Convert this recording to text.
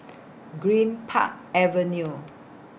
Greenpark Avenue